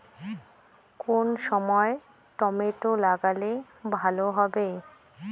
কোন সময় টমেটো লাগালে ভালো হবে?